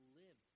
live